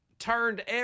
Turned